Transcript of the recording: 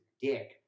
dick